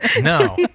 No